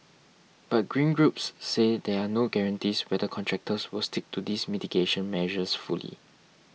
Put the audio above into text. but green groups say there are no guarantees whether contractors will stick to these mitigation measures fully